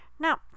Now